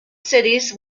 cities